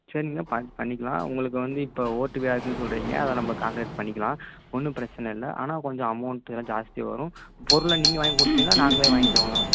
சரிங்கண்ண பார்த்து பண்ணிக்கலாம் உங்களுக்கு வந்து இப்போ ஓட்டு வீடாக இருக்குதுனு சொல்கிறீங்க அதை நம்ம கான்க்ரீட் பண்ணிக்கலாம் ஒன்றும் பிரச்சனை இல்லை ஆனால் கொஞ்சம் அமவுண்ட்டு ஜாஸ்தி வரும் பொருளை நீங்கள் வாங்கி கொடுத்தீங்கனா நாங்களே வாங்கிக்கணுமா